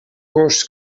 gos